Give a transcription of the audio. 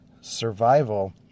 survival